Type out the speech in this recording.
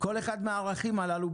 כל אחד מהערכים הללו,